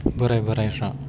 बोराय बोरायफ्रा